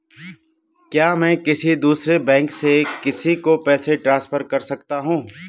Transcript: क्या मैं किसी दूसरे बैंक से किसी को पैसे ट्रांसफर कर सकता हूँ?